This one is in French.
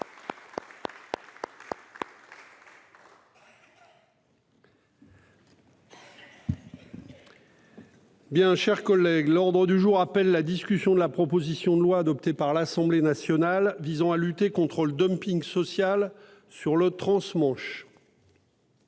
qu'un excellent et fructueux séjour. L'ordre du jour appelle la discussion de la proposition de loi, adoptée par l'Assemblée nationale, visant à lutter contre le dumping social sur le transmanche